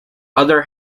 other